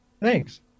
thanks